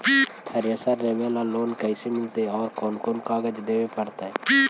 Thresher लेबे ल loan कैसे मिलतइ और कोन कोन कागज देबे पड़तै?